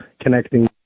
connecting